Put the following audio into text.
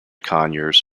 conyers